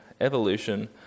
evolution